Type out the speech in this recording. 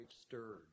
stirred